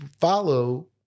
follow